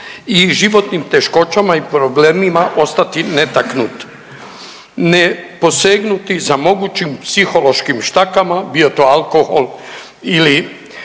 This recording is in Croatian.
i životnim teškoćama i problemima ostati netaknut, ne posegnuti za mogućim psihološkim štakama bio to alkohol ili